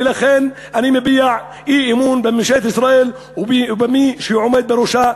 ולכן אני מביע אי-אמון בממשלת ישראל ובמי שעומד בראשה,